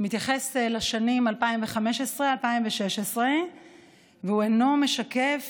מתייחס לשנים 2015 ו-2016 והוא אינו משקף